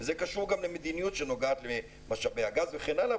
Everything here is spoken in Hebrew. זה קשור גם למדיניות שנוגעת למשאבי הגז וכן הלאה,